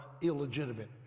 illegitimate